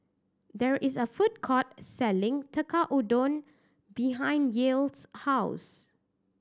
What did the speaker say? there is a food court selling Tekkadon behind Yael's house